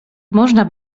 można